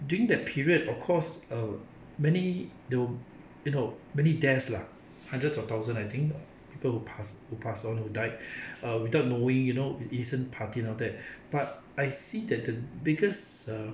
during that period of course uh many though you know many deaths lah hundreds of thousand I think people who passed who passed on who died uh without knowing you know innocent party and all that but I see that the biggest